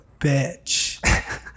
Bitch